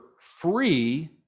free